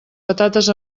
patates